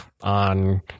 on